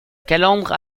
calandre